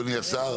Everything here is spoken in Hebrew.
אדוני השר,